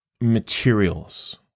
materials